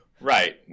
Right